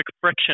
friction